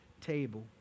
table